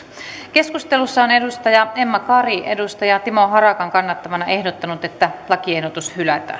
keskustelussa on emma kari timo harakan kannattamana ehdottanut että lakiehdotus